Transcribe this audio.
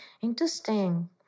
Interesting